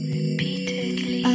repeatedly